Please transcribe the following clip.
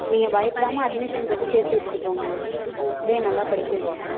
நீங்கள் பயப்படாமல் அட்மிஷன் போட்டு சேர்த்துவிட்டுட்டுப் போங்க உங்கள் பிள்ளைய நல்லா படிக்க வச்சுக்குவோம்